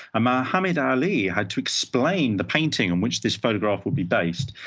muhammad ali had to explain the painting in which this photograph would be based,